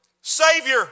savior